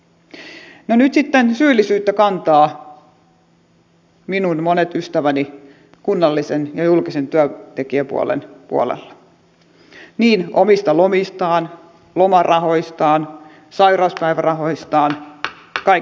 no nyt sitten syyllisyyttä kantavat minun monet ystäväni kunnallisen ja julkisen työntekijäpuolen puolella omista lomistaan lomarahoistaan sairauspäivärahoistaan kaikesta tästä